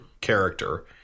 character